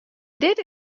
dit